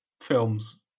films